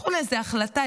שהלכו לאיזו החלטה,